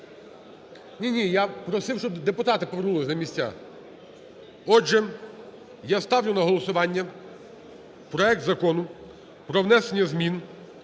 Ні-ні, я просив, щоб депутати повернулись на місця. Отже, я ставлю на голосування проект Закону про внесення змін